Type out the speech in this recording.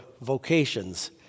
vocations